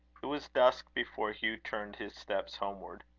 was dusk before hugh turned his steps homeward.